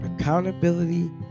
Accountability